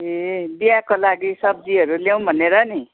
ए बिहाको लागि सब्जीहरू ल्याऊँ भनेर पनि